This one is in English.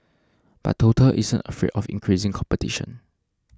but total isn't afraid of increasing competition